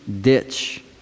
ditch